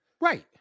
Right